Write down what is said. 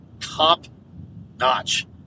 top-notch